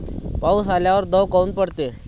पाऊस आल्यावर दव काऊन पडते?